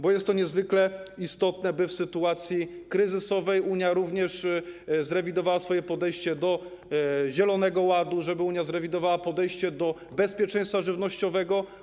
To jest niezwykle istotne, by w sytuacji kryzysowej Unia również zrewidowała swoje podejście do zielonego ładu, żeby Unia zrewidowała podejście do bezpieczeństwa żywnościowego.